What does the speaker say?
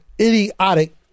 idiotic